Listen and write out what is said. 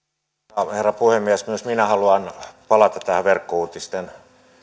arvoisa herra puhemies myös minä haluan palata tähän verkkouutisten